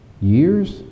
Years